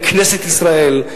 לכנסת ישראל.